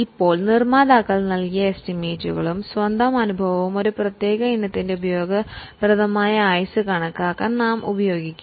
ഇപ്പോൾ നിർമ്മാതാക്കൾ നൽകിയ നിർണ്ണയവും സ്വന്തം അനുഭവവും ഒരു ആസ്തിയുടെ ഉപയോഗപ്രദമായ ആയുസ്സ് കണക്കാക്കാൻ ഉപയോഗിക്കുന്നു